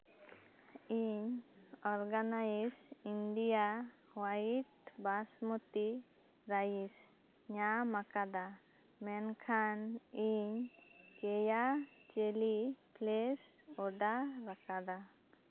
ᱤᱧ organic India white basmati rice ᱧᱟᱢ ᱟᱠᱟᱫᱟ ᱢᱮᱱᱠᱷᱟᱱ ᱤᱧ ᱥᱳᱭᱟ ᱪᱤᱞᱤ ᱯᱞᱮᱥ ᱞᱮ ᱚᱨᱰᱟᱨ ᱟᱠᱟᱫᱟ